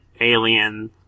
alien